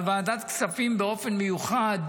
אבל ועדת הכספים באופן מיוחד,